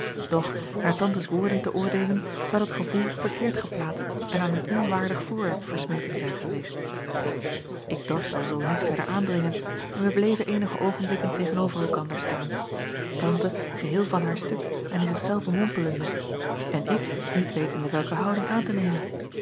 doch naar antes woorden te oordeelen zou dat gevoel verkeerd geplaatst en aan een onwaardig voorwerp versmeten zijn geweest k dorst alzoo niet verder aandringen en wij bleven eenige oogenblikken tegen-over elkander staan ante geheel van haar stuk en in zich zelve mompelende en ik niet wetende welke houding aan te nemen